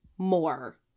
more